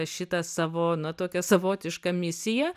šitą savo na tokią savotišką misiją